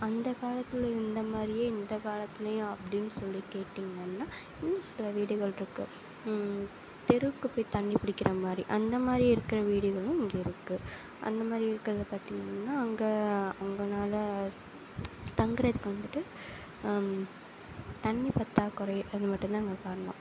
அந்த காலத்தில் இருந்த மாதிரியே இந்த காலத்துலேயும் அப்படின் சொல்லி கேட்டிங்கன்னா இன்னும் சில வீடுகளிருக்கு தெருக்கு போய் தண்ணி பிடிக்கிற மாதிரி அந்த மாதிரி இருக்கிற வீடுகளும் இங்கே இருக்குது அந்த மாதிரி இருக்கிறது பார்த்தீங்கன்னா அங்கே அவங்கனால தங்கறதுக்கு வந்துட்டு தண்ணி பத்தாக்குறை அது மட்டும் தான் அங்கே காரணோம்